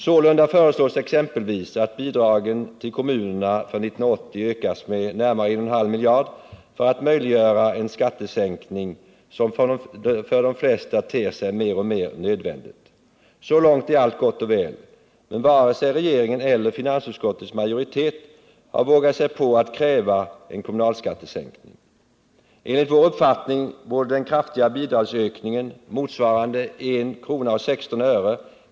Sålunda föreslås exempelvis att bidragen till kommunerna för 1980 ökas med närmare 1 1/2 miljarder, för att möjliggöra en skattesänkning som för de flesta ter sig mer och mer nödvändig. Så långt är allt gott och väl, men varken regeringen eller finansutskottets majoritet har vågat sig på att kräva en kommunalskattesänkning. Enligt vår uppfattning borde den kraftiga bidragsökningen motsvarande 1:16 kr.